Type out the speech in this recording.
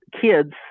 kids